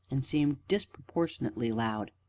and seemed disproportionately loud.